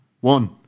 One